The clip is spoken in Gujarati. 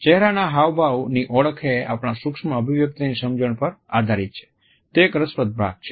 ચહેરાના હાવભાવની ઓળખ એ આપણા સૂક્ષ્મ અભિવ્યકિતની સમજણ પર આધારિત છે તે એક રસપ્રદ ભાગ છે